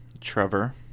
Trevor